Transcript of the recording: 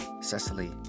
Cecily